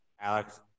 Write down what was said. Alex